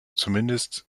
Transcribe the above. zumindest